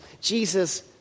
Jesus